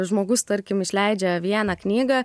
žmogus tarkim išleidžia vieną knygą